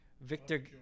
Victor